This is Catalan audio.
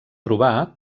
trobar